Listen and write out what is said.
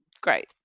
great